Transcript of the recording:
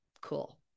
cool